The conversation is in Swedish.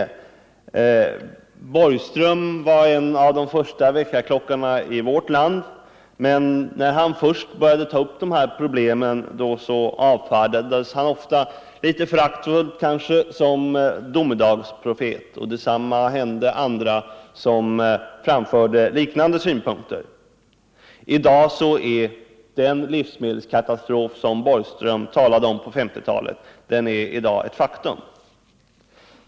Georg Borgström var en av de första väckarklockorna i vårt land, men när han började ta upp dessa problem avfärdades han ofta, litet föraktfullt kanske, som domedagsprofet, och detsamma hände andra som framförde liknande synpunkter. I dag är den livsmedelskatastrof som Borgström talade om på 1950-talet ett faktum.